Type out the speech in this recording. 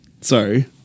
sorry